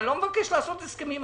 אני לא מבקש לעשות הסכמים.